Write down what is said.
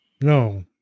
no